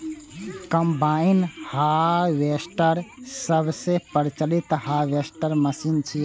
combine harvester सबसं प्रचलित harvester machine छियै